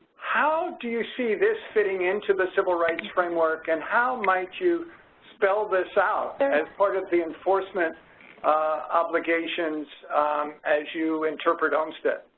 how do you see this fitting into the civil rights framework, and how might you spell this out as part of the enforcement obligations as you interpret olmstead?